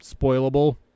spoilable